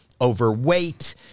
overweight